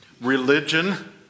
Religion